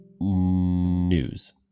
news